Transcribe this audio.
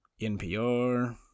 NPR